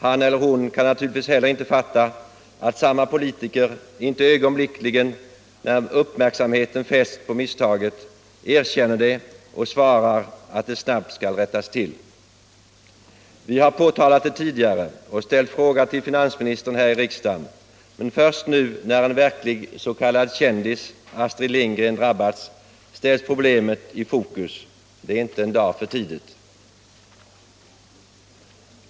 Han eller hon kan naturligtvis inte heller fatta att samma politiker inte ögonblickligen, när uppmärksamheten fästs på misstaget, erkänner det och svarar att det snabbt skall rättas till. Vi har påtalat det tidigare och ställt en fråga till finansministern här i riksdagen, men först nu när en verklig s.k. kändis, Astrid Lindgren, drabbats ställs problemet i fokus. Det är inte en dag för tidigt.